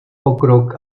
pokrok